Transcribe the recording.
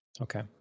Okay